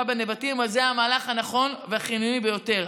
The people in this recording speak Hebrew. בנבטים זה המהלך הנכון והחיוני ביותר.